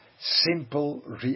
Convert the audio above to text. simple